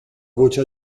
voce